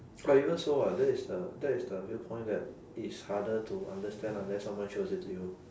but even so what that is the that is the real point that it's harder to understand unless someone shows it to you